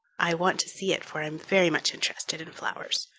i want to see it, for i'm very much interested in flowers.